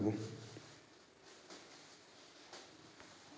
टमाटर के खेती कोन से खातु डारबो?